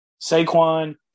Saquon